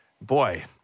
Boy